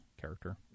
character